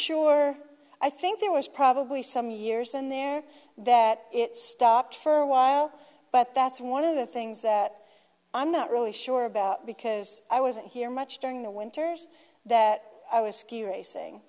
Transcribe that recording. sure i think there was probably some years in there that it stopped for a while but that's one of the things that i'm not really sure about because i wasn't here much during the winters that i was ski racing